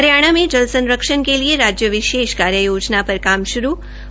हरियाणा में जल संरक्षण के लिए राज्य विशेष कार्य योजना पर काम श्रू हआ